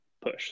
push